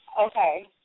Okay